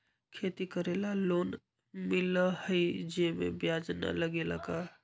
खेती करे ला लोन मिलहई जे में ब्याज न लगेला का?